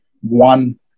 one